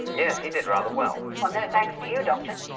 yes he did rather well. well no thanks to you doctor.